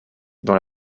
dans